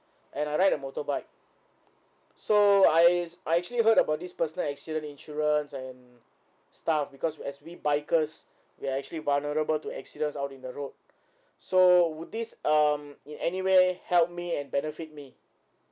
and I ride a motorbike so I I actually heard about this personal accident insurance and stuff because as we bikers we are actually vulnerable to accidents out in the road so would this um in any way help me and benefit me